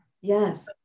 Yes